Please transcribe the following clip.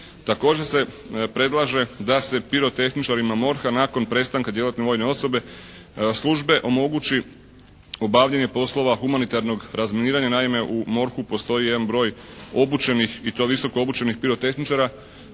Također se predlaže da se pirotehničarima MORH-a nakon prestanka djelatne vojne osobe službe omogući obavljanje poslova humanitarnog razminiranja. Naime, u MORH-u postoji jedan broj obučenih i to visoko obučenih pirotehničara